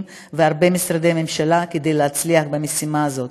והרבה משרדי ממשלה כדי להצליח במשימה הזאת.